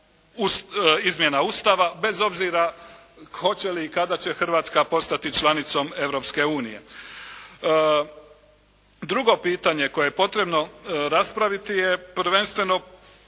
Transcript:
izmjena Ustava, bez obzira hoće li i kada će Hrvatska postati članicom Europske unije. Drugo pitanje koje je potrebno raspraviti je prvenstveno